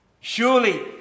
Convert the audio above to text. Surely